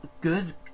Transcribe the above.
good